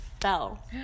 fell